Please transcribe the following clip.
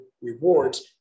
rewards